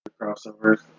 crossovers